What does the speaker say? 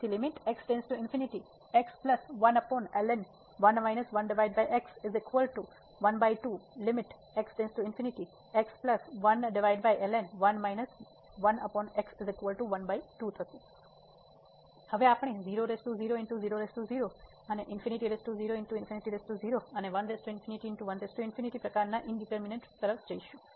તેથી હવે આપણે અને પ્રકારનાં ઇન્ડટરમિનેટ ફોર્મ તરફ જઈશું